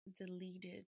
deleted